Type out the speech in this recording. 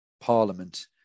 parliament